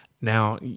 Now